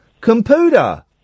computer